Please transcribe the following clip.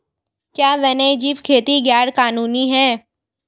क्या वन्यजीव खेती गैर कानूनी है?